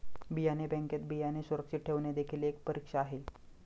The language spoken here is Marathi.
बियाणे बँकेत बियाणे सुरक्षित ठेवणे देखील एक परीक्षा आहे